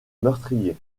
meurtrier